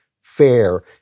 fair